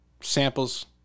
samples